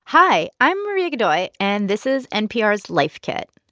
hi. i'm maria godoy, and this is npr's life kit.